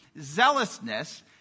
zealousness